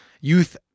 youth